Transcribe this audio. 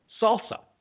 Salsa